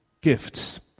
gifts